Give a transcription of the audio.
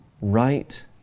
right